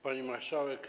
Pani Marszałek!